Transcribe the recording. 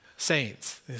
Saints